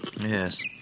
Yes